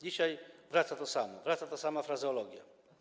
Dzisiaj wraca to samo, wraca ta sama frazeologia.